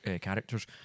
characters